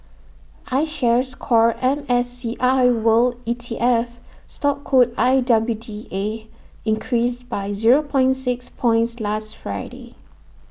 I shares core M S C I world E T F stock code I W D A increased by zero six points last Friday